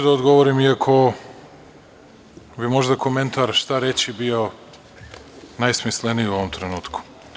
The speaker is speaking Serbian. da odgovorim i ako bi možda komentar „šta reći“ bio najsmisleniji u ovom trenutku.